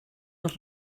els